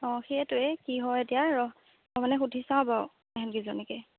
অঁ সেইটোৱেই কি হয় এতিয়া ৰহ্ মই মানে সুধি চাওঁ বাৰু ইহঁতকেইজনীকে